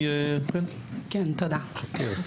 תודה.